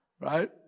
Right